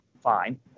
fine